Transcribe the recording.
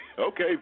Okay